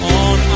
on